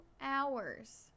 hours